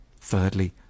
Thirdly